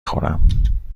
خورم